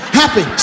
happy